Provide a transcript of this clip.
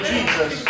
Jesus